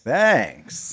Thanks